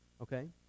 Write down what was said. okay